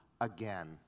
again